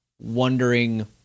wondering